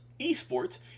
eSports